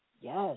Yes